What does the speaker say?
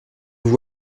vous